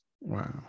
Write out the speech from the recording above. Wow